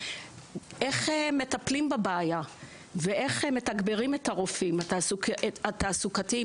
איך מטפלים בבעיה ואיך מתגברים את הרופאים התעסוקתיים?